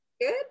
Good